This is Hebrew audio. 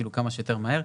כמה שיותר מהר.